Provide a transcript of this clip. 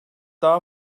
daha